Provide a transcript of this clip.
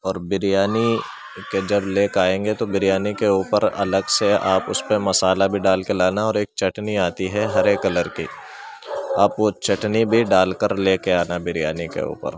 اور بریانی کہ جب لے کے آئیں گے تو بریانی کے اوپر الگ سے آپ اس پر مسالہ بھی ڈال کے لانا اور ایک چٹنی آتی ہے ہرے کلر کی آپ وہ چٹنی بھی ڈال کر لے کے آنا بریانی کے اوپر